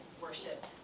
worship